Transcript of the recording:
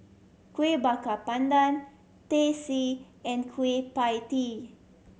Kuih Bakar Pandan Teh C and Kueh Pie Tee